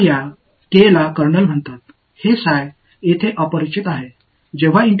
எனவே இங்கே இந்த K ஒரு கர்னல் என்று அழைக்கப்படுகிறது இங்கே இந்த தெரியவில்லை